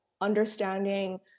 understanding